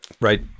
right